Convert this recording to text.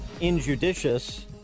injudicious